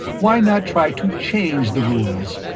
why not try to change the rules?